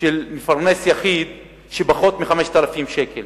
של מפרנס יחיד של פחות מ-5,000 שקל.